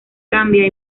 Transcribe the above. cambia